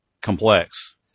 complex